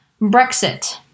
Brexit